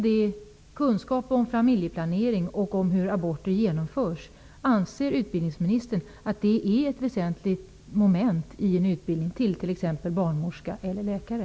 Anser utbildningsministern att kunskap om familjeplanering och om hur aborter genomförs är ett väsentligt moment i en utbildning, t.ex. utbildningen till barnmorska eller läkare?